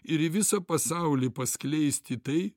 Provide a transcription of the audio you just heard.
ir į visą pasaulį paskleisti tai